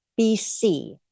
BC